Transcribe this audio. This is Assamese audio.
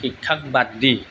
শিক্ষাক বাদ দি